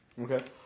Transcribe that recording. Okay